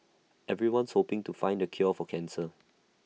everyone's hoping to find the cure for cancer